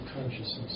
consciousness